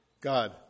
God